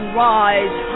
rise